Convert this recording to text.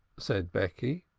said becky.